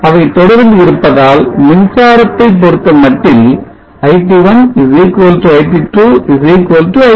அவை தொடரில் இருப்பதால் மின்சாரத்தை பொருத்தமட்டில் iT1 iT2iT